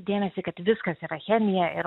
dėmesį kad viskas yra chemija ir